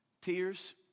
Tears